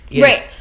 Right